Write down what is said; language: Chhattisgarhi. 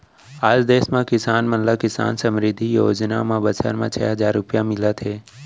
आज देस म किसान मन ल किसान समृद्धि योजना म बछर म छै हजार रूपिया मिलत हे